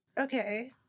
okay